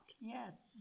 Yes